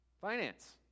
finance